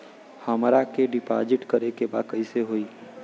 हमरा के डिपाजिट करे के बा कईसे होई?